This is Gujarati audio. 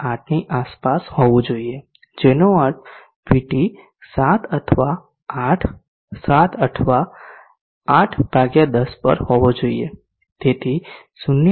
8 ની આસપાસ હોવું જોઈએ જેનો અર્થ vT 7 અથવા 8 7 અથવા 810 પર હોવો જોઈએ તેથી 0